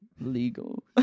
Legal